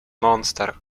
monster